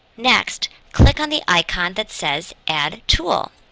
next, click on the icon that says add tool.